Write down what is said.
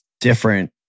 different